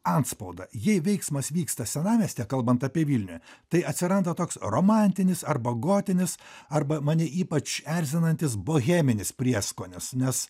antspaudą jei veiksmas vyksta senamiestyje kalbant apie vilnių tai atsiranda toks romantinis arba gotinis arba mane ypač erzinantis boheminis prieskonis nes